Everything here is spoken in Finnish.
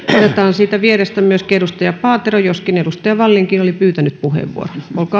siitä vierestä myöskin edustaja paatero joskin edustaja wallinkin oli pyytänyt puheenvuoron